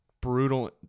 brutal